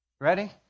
Ready